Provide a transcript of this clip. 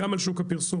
גם על שוק הפרסום,